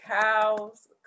cows